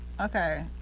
Okay